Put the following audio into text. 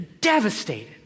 devastated